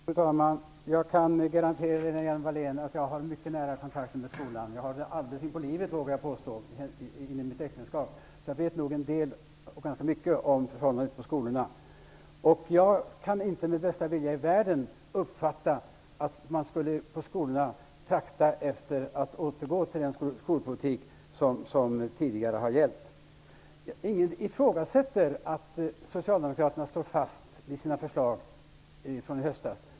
Fru talman! Jag kan garantera Lena Hjelm-Wallén att jag har mycket nära kontakter med skolan. Jag har den alldeles inpå livet, vågar jag påstå, genom mitt äktenskap. Jag vet nog ganska mycket om förhållandena ute på skolorna. Jag kan inte med den bästa vilja i världen uppfatta att man på skolorna skulle trakta efter att återgå till den skolpolitik som tidigare har gällt. Ingen ifrågasätter att socialdemokraterna står fast vid sina förslag från i höstas.